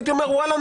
הייתי אומר: וואלה,